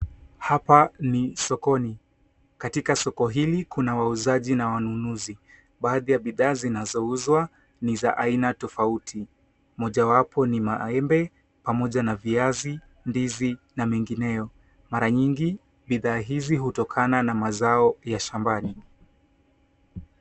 Hapa ni sokoni. Katika soko hili kuna wauzaji na wanunuzi. Baadhi ya bidhaa zinazouzwa ni za aina tofauti, moja wapo ni maembe pamoja na viazi, ndizi na mengineyo. Mara nyingi, bidhaa hizi hutokana na mazao ya shambani.